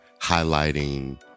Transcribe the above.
highlighting